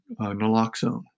naloxone